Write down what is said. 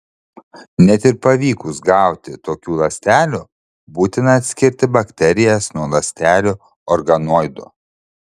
net ir pavykus gauti tokių ląstelių būtina atskirti bakterijas nuo ląstelių organoidų